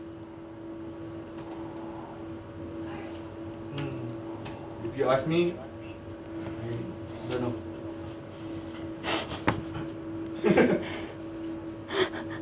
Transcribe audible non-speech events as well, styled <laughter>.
<laughs>